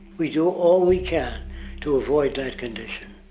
we do all we can to avoid that condition.